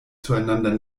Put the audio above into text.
zueinander